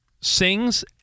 sings